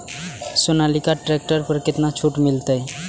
Sonalika tractor पर केतना छूट मिलते?